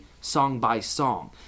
song-by-song